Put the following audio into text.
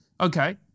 Okay